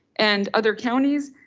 and other counties,